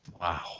Wow